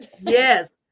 yes